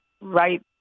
right